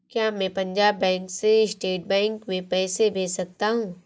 क्या मैं पंजाब बैंक से स्टेट बैंक में पैसे भेज सकता हूँ?